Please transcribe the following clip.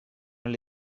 alle